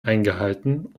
eingehalten